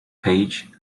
paige